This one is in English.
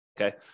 Okay